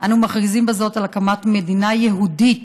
"אנו מכריזים בזאת על הקמת מדינה יהודית